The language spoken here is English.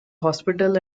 hospital